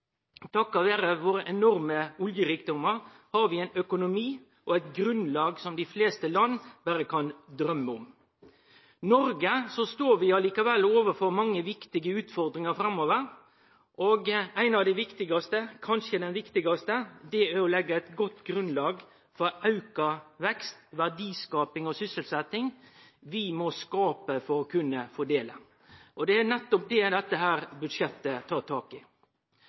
Takk vere våre enorme oljerikdomar har vi ein økonomi og eit grunnlag som dei fleste land berre kan drøyme om. I Noreg står vi likevel overfor mange viktige utfordringar framover. Ei av dei – kanskje den viktigaste – er å leggje eit godt grunnlag for auka vekst, verdiskaping og sysselsetjing. Vi må skape for å kunne fordele. Det er nettopp det dette budsjettet tar tak i.